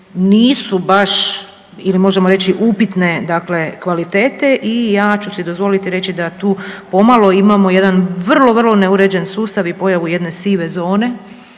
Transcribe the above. nisu baš ili možemo reći upitne dakle kvalitete. I ja ću si dozvoliti reći da tu pomalo imamo jedan vrlo, vrlo neuređen sustav i pojavu jedne sive zone,